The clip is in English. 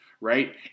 right